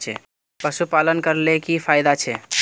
पशुपालन करले की की फायदा छे?